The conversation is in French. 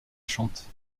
chante